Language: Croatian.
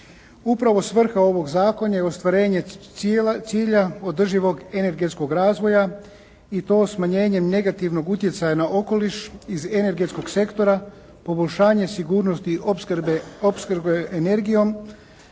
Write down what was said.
Upravo svrha ovog zakona je ostvarenje cilja održivog energetskog razvoja i to smanjenjem negativnog utjecaja na okoliš iz energetskog sektora poboljšanjem sigurnosti opskrbe energijom,